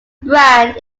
brand